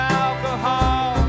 alcohol